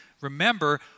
remember